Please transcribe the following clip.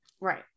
right